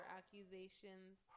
accusations